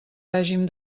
règim